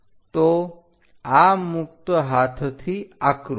તો આ મુક્ત હાથથી આકૃતિ